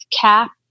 Cap